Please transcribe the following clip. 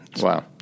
Wow